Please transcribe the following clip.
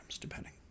depending